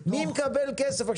מי מקבל כסף?